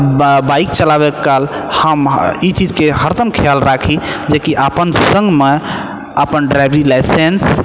bike चलाबैत काल हम ई चीजके हरदम ख्याल राखी जेकि आपन सङ्गमे आपन ड्राइवरी लाइसेन्स